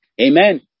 Amen